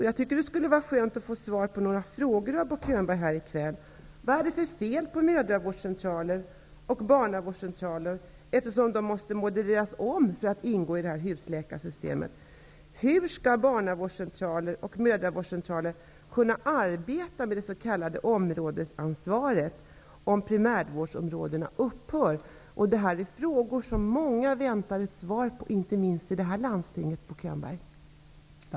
Jag skulle vilja få svar på några frågor av Bo Könberg: Vad är det för fel på mödravårds och barnavårdscentraler, eftersom de måste modereras för att kunna ingå i det här husläkarsystemet? Hur skall man på mödravårds och barnavårdscentralerna kunna arbeta med det s.k. områdesansvaret, om primärvårdsområdena upphör? Många väntar svar på dessa frågor, inte minst i detta landsting, Bo Könberg.